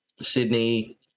Sydney